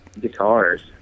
guitars